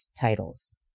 titles